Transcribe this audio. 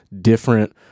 different